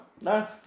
No